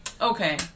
okay